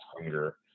hunger